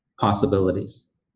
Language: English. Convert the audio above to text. possibilities